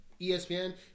ESPN